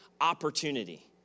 opportunity